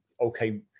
okay